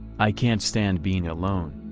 i can't stand being alone.